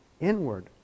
inward